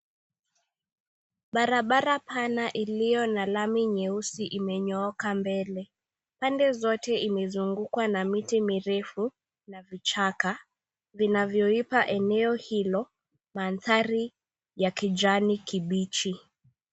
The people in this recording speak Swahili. Barabara pana ilio na lami nyeusi imenyooka mbele. Pande zote imezungukwa na miti mirefu na vichaka vinavyo ipa eneo hilo mandhari ya kijani kibichi.